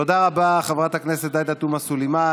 תודה רבה, חברת הכנסת עאידה תומא סלימאן.